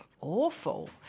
awful